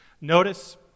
Notice